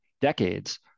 decades